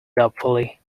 doubtfully